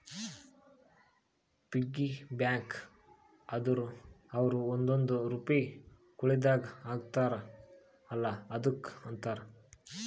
piggy bank ಅಂದುರ್ ಅವ್ರು ಒಂದೊಂದ್ ರುಪೈ ಕುಳ್ಳಿದಾಗ ಹಾಕ್ತಾರ ಅಲ್ಲಾ ಅದುಕ್ಕ ಅಂತಾರ